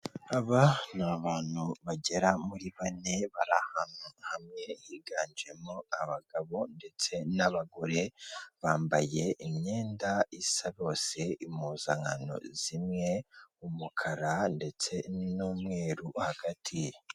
Aba ni abantu bagera muri bane bari ahantu hamwe higanjemo abagabo ndetse n'abagore, bambaye imyenda isa bose impuzankano zimwe, umukara ndetse n'umweru hagati.